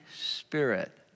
Spirit